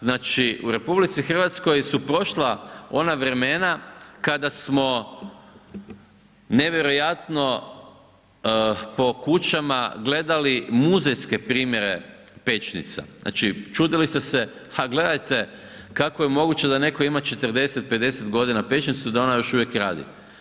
Znači u RH su prošla ona vremena kada smo nevjerojatno po kućama gledali muzejske primjere pećnica, znači čudili ste se ha gledajte kako je moguće da neko ima 40, 50 godina pećnicu da ona još uvijek radi.